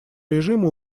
режима